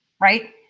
right